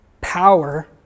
power